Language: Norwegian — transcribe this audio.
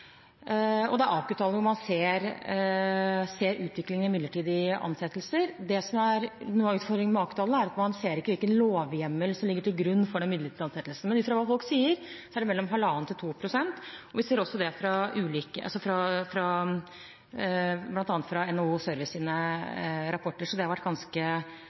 og det er ut fra AKU-tallene man ser utviklingen av midlertidige ansettelser. Det som er noe av utfordringen med AKU-tallene, er at man ikke ser hvilken lovhjemmel som ligger til grunn for den midlertidige ansettelsen. Men ut fra hva folk sier, er det 1,5–2 pst. Vi ser det bl.a. fra NHO Services rapporter. Så det har vært ganske